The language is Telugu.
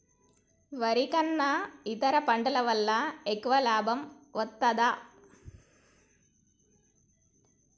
వరి కన్నా ఇతర పంటల వల్ల ఎక్కువ లాభం వస్తదా?